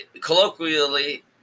colloquially